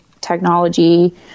technology